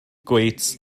goets